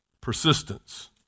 persistence